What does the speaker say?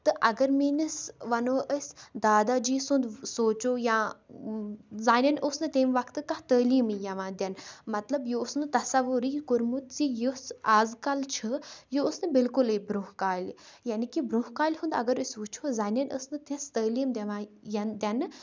تہٕ اگر میٛٲنِس وَنو أسۍ دادا جی سُنٛد سوچو یا زَنٮ۪ن اوس نہٕ تمہِ وقتہٕ کانٛہہ تعلیٖمٕے یَوان دِنہٕ مطلب یہِ اوس نہٕ تَصوُرٕے کوٚرمُت زِ یُس اَز کَل چھُ یہِ اوس نہٕ بالکلٕے برونٛہہ کالہِ یعنی کہِ برونٛہہ کالہِ ہُنٛد اگر أسۍ وٕچھو زَنٮ۪ن ٲس نہٕ تِژھ تعلیٖم دِوان یَنہٕ تٮ۪نہٕ